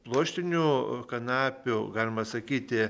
pluoštinių kanapių galima sakyti